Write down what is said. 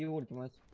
ridiculous